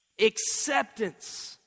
Acceptance